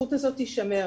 הזכות הזאת תישמר,